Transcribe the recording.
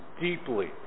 deeply